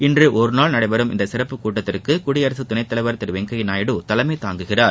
இன்று ஒருநாள் நடைபெறும் இந்த சிறப்புக்கூட்டத்திற்கு குடியரசு துணைத்தலைவர் கிரு வெங்கையா நாயுடு தலைமை தாங்குகிறார்